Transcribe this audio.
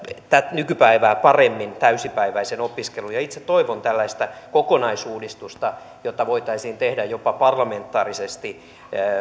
nykypäivää paremmin täysipäiväisen opiskelun itse toivon tällaista kokonaisuudistusta jota voitaisiin tehdä jopa parlamentaarisesti